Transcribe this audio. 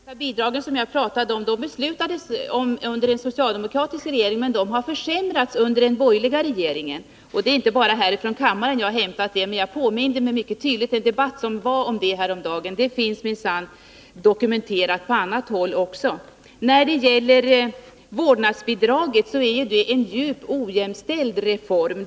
Herr talman! De olika bidrag som jag talade om blev beslutade under den socialdemokratiska regeringens tid, men de har försämrats under den borgerliga regeringens. Det är inte bara härifrån kammaren som jag har hämtat den uppgiften. Det var en debatt om detta häromdagen, men det finns också dokumenterat på annat håll. Vårdnadsbidraget är en djupt ojämställd reform.